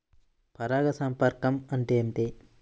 పరాగ సంపర్కం అంటే ఏమిటి?